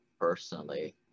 personally